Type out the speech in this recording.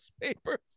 papers